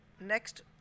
next